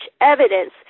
evidence